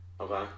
Okay